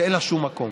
שאין לה שום מקום.